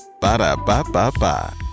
Ba-da-ba-ba-ba